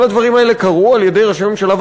כל הדברים האלה קרו על-ידי ראשי ממשלה.